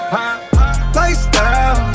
Lifestyle